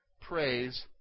praise